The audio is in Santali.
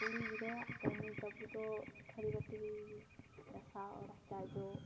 ᱠᱩᱲᱤ ᱜᱤᱫᱽᱨᱟᱹᱣᱟᱜ ᱠᱟᱹᱢᱤ ᱛᱟᱠᱚ ᱫᱚ ᱛᱷᱟᱹᱨᱤ ᱵᱟᱹᱴᱤ ᱜᱟᱥᱟᱣ ᱨᱟᱪᱟ ᱡᱚᱜ